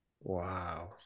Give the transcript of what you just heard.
wow